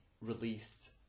released